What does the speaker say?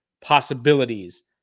possibilities